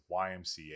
YMCA